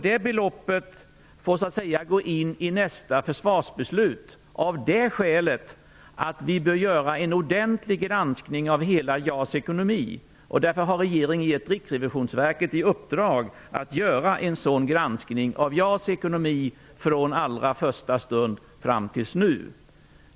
Detta belopp får så att säga gå in i nästa försvarsbeslut av det skälet att vi bör göra en ordentlig granskning av hela JAS ekonomi. Därför har regeringen gett Riksrevisionsverket i uppdrag att göra en sådan granskning av JAS ekonomi från allra första stund fram till nu.